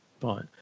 fine